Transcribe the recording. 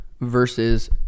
versus